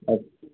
ಆಯಿತು